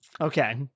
Okay